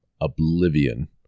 oblivion